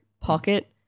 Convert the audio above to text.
pocket